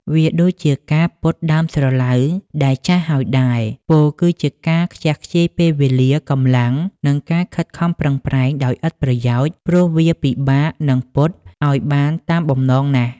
វាដូចជាការពត់ដើមស្រឡៅដែលចាស់ហើយដែរ ពោលគឺជាការខ្ជះខ្ជាយពេលវេលា កម្លាំង និងការខិតខំប្រឹងប្រែងដោយឥតប្រយោជន៍ ព្រោះវាពិបាកនឹងពត់ឱ្យបានតាមបំណងណាស់។